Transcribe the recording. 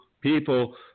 people